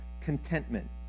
contentment